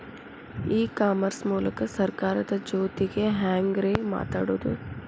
E commerce ಮೂಲಕ ಸರ್ಕಾರದ ಜೊತಿಗೆ ಹ್ಯಾಂಗ್ ರೇ ಮಾತಾಡೋದು?